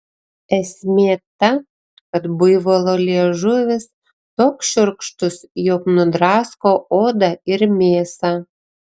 esmė ta kad buivolo liežuvis toks šiurkštus jog nudrasko odą ir mėsą